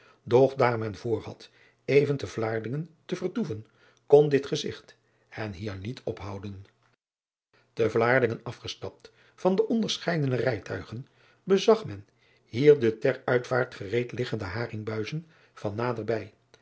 daar men voorhad even te laardingen te vertoeven kon dit gezigt hen hier niet ophouden e laardingen afgestapt van de onderscheidene rijtuigen bezag men hier de ter uitvaart gereed liggende haringbuizen van nader bij